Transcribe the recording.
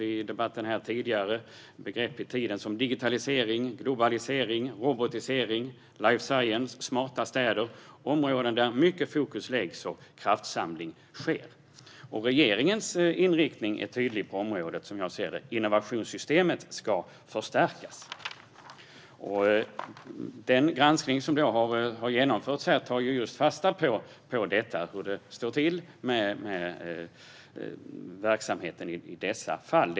I debatten har vi tidigare hört om begrepp i tiden, såsom digitalisering, globalisering, robotisering, life science och smarta städer. Allt detta är områden där mycket fokus läggs och kraftsamling sker. Regeringens inriktning på området är tydlig, som jag ser det. Innovationssystemet ska förstärkas. Den granskning som har genomförts tar fasta på hur det står till med verksamheten i dessa fall.